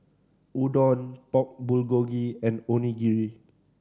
Udon Pork Bulgogi and Onigiri